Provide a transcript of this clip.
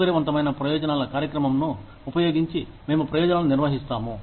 సౌకర్యవంతమైన ప్రయోజనాల కార్యక్రమంను ఉపయోగించి మేము ప్రయోజనాలను నిర్వహిస్తాము